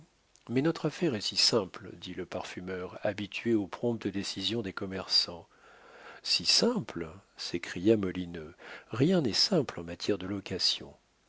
mais notre affaire est si simple dit le parfumeur habitué aux promptes décisions des commerçants si simple s'écria molineux rien n'est simple en matière de location